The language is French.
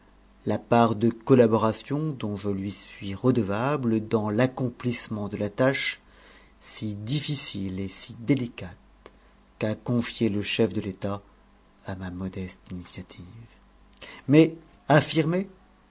la part de collaboration dont je lui suis redevable dans l'accomplissement de la tâche si difficile et si délicate qu'a confiée le chef de l'état à ma modeste initiative mais affirmer